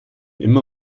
immer